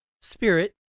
Spirit